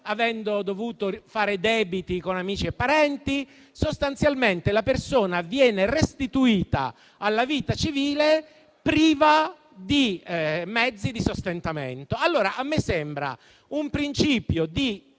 o contrarre debiti con amici e parenti. Sostanzialmente la persona viene restituita alla vita civile priva di mezzi di sostentamento. A me sembra quindi un principio di